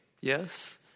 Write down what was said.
Yes